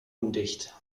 undicht